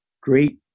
great